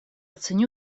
ценю